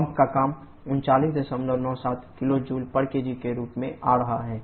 pump का काम 3997 kJkg के रूप में आ रहा है